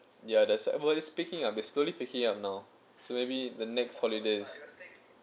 ya that's why but it's picking up it's slowly picking up now so maybe the next holiday is